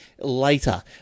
later